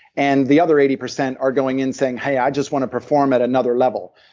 and the other eighty percent are going in saying, hey, i just want to perform at another level.